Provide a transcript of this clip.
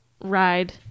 ride